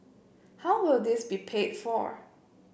how will this be paid for